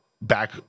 back